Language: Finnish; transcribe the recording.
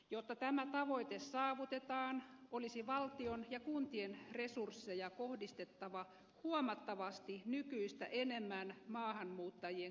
jotta tämä tavoite saavutetaan olisi valtion ja kuntien resursseja kohdistettava huomattavasti nykyistä enemmän maahanmuuttajien kotouttamiseen